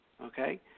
okay